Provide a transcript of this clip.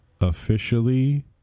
officially